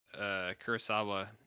Kurosawa